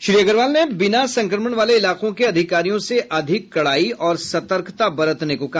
श्री अग्रवाल ने बिना संक्रमण वाले इलाको के अधिकारियों से अधिक कडाई और सतर्कता बरतने को कहा